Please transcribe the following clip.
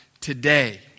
today